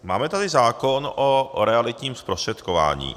Máme tady zákon o realitním zprostředkování.